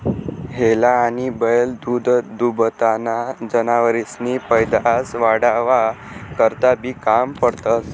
हेला आनी बैल दूधदूभताना जनावरेसनी पैदास वाढावा करता बी काम पडतंस